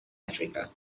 africa